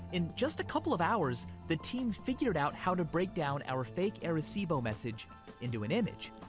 in just a couple of hours, the team figured out how to break down our fake arecibo message into an image.